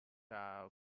are